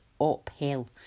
uphill